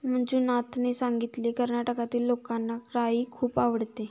मंजुनाथने सांगितले, कर्नाटकातील लोकांना राई खूप आवडते